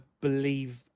believe